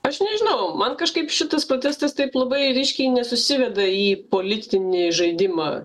aš nežinau man kažkaip šitas protestas taip labai ryškiai nesusiveda į politinį žaidimą